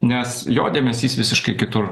nes jo dėmesys visiškai kitur